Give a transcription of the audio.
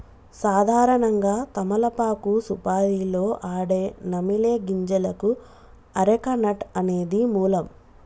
సాధారణంగా తమలపాకు సుపారీలో ఆడే నమిలే గింజలకు అరెక నట్ అనేది మూలం